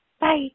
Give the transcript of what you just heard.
bye